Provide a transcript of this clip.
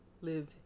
live